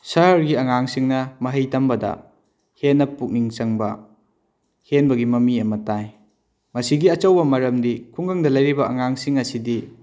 ꯁꯍꯔꯒꯤ ꯑꯉꯥꯡꯁꯤꯡꯅ ꯃꯍꯩ ꯇꯝꯕꯗ ꯍꯦꯟꯅ ꯄꯨꯛꯅꯤꯡ ꯆꯪꯕ ꯍꯦꯟꯕꯒꯤ ꯃꯃꯤ ꯑꯃ ꯇꯥꯏ ꯃꯁꯤꯒꯤ ꯑꯆꯧꯕ ꯃꯔꯝꯗꯤ ꯈꯨꯡꯒꯪꯗ ꯂꯩꯔꯤꯕ ꯑꯉꯥꯡꯁꯤꯡ ꯑꯁꯤꯗꯤ